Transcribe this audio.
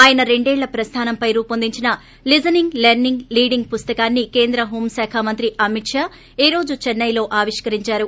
ఆయన రెండేళ్ల ప్రస్థానంపై రూపొందించిన లిజనింగ్ లెర్పింగ్ లీడింగ్ పుస్తకాన్ని ేకేంద్ర హోం శాఖ మంత్ర్ అమిత్ షా ఈ రోజు చెన్నెలో ఆవిష్కరించారు